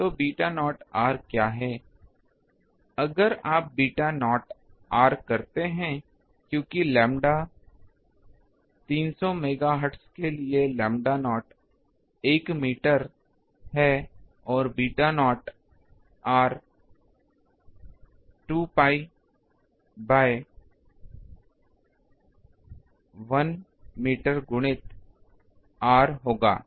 तो beta naught r क्या है अगर आप बीटा नॉट r करते हैं क्योंकि लैम्बडा 300 मेगाहर्ट्ज के लिए लैम्ब्डा नॉट 1 मीटर है और beta naught r 2 pi by 1 metre गुणित r होगा